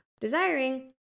desiring